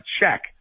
check